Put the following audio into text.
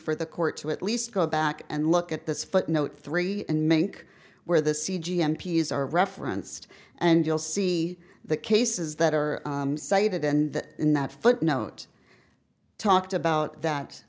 for the court to at least go back and look at this footnote three and mink where the c g m p s are referenced and you'll see the cases that are cited and in that footnote talked about that